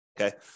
Okay